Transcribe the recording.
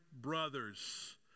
brothers